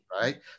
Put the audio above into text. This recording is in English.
right